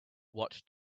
watch